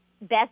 best